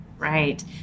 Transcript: Right